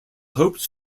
hopes